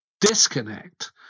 disconnect